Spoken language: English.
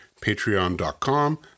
patreon.com